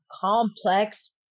complex